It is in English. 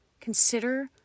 Consider